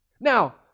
Now